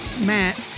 Matt